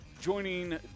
joining